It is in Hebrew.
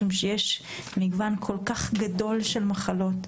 יש מגוון כל כך גדול של מחלות,